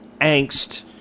angst